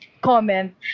comment